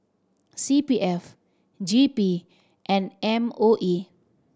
C P F J P and M O E